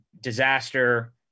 disaster